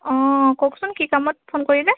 অঁ কওকচোন কি কামত ফোন কৰিলে